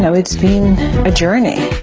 so it's been and a journey.